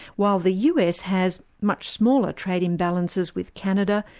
while the us has much smaller trade imbalances with canada,